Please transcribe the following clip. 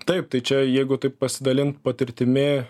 taip tai čia jeigu taip pasidalint patirtimi